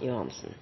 Jeg